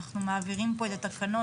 אנחנו מעבירים פה את התקנות,